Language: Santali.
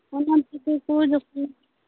ᱚᱱᱟ ᱠᱚ ᱡᱚᱛᱚ